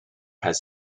has